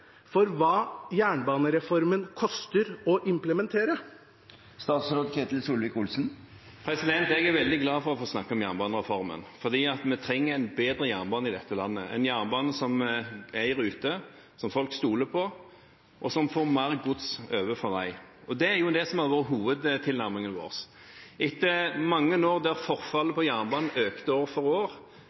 for hva jernbanereformen koster å implementere? Jeg er veldig glad for å få snakke om jernbanereformen. Vi trenger en bedre jernbane i dette landet, en jernbane som er i rute, som folk stoler på, og som får mer gods over fra vei. Det er det som er vår hovedtilnærming. I mange år økte forfallet på jernbanen år for år,